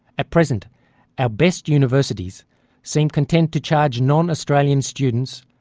at present our best universities seem content to charge non-australian students,